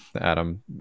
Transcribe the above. adam